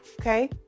okay